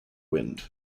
wind